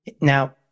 Now